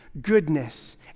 goodness